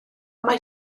mae